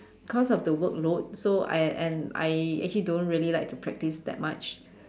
cause of the workload so I am I actually don't really like to practise that much